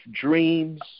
dreams